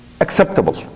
acceptable